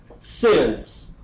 sins